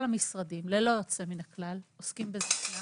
כל המשרדים, ללא יוצא מן הכלל, עוסקים בזקנה